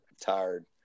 Tired